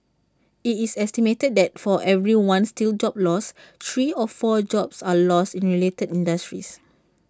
IT is estimated that for every one steel job lost three or four jobs are lost in related industries